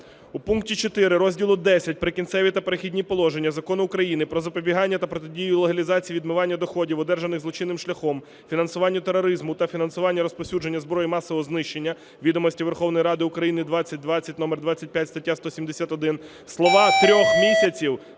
У пункті 4 Розділу Х "Прикінцеві та перехідні положення" Закону України "Про запобігання та протидію легалізації (відмиванню) доходів, одержаних злочинним шляхом, фінансуванню тероризму та фінансуванню розповсюдження зброї масового знищення" (Відомості Верховної Ради України, 2020, № 25, стаття 171) слова "трьох місяців"